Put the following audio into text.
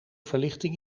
verlichting